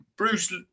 Bruce